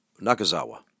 Nakazawa